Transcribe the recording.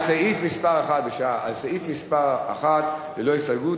על סעיף מס' 1 ללא הסתייגות,